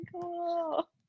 cool